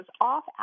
off